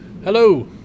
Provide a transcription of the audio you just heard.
Hello